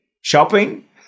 shopping